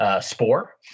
spore